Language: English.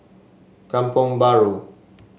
Kampong Bahru